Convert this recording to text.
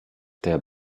der